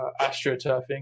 astroturfing